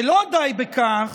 ולא די בכך,